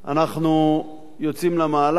אנחנו יוצאים למהלך,